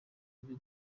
byo